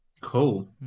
Cool